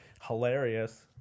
hilarious